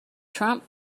trump